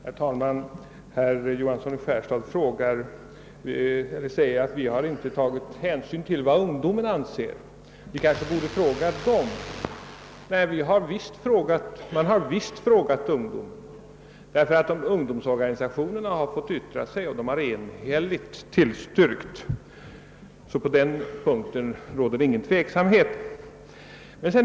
Herr talman! Herr Johansson i Skärstad säger att vi inte tagit hänsyn till vad ungdomen anser och att vi borde fråga den. Ungdomsorganisationerna har emellertid fått yttra sig och de bar enhälligt tillstyrkt förslaget, så på den punkten råder ingen tveksamhet.